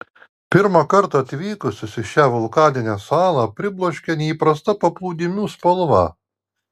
pirmą kartą atvykusius į šią vulkaninę salą pribloškia neįprasta paplūdimių spalva